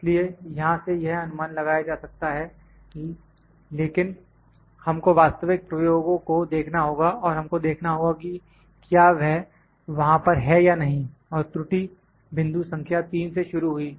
इसलिए यहां से यह अनुमान लगाया जा सकता है लेकिन हमको वास्तविक प्रयोगों को देखना होगा और हमको देखना होगा कि क्या वह वहां पर है या नहीं और त्रुटि बिंदु संख्या 3 से शुरू हुई